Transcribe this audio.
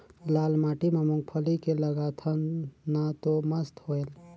लाल माटी म मुंगफली के लगाथन न तो मस्त होयल?